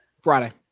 Friday